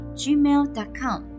gmail.com